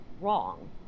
wrong